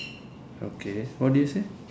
okay what did you say